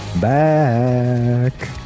Back